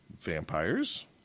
vampires